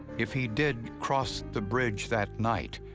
if he did cross the bridge that night,